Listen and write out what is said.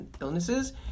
illnesses